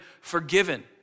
forgiven